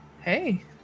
hey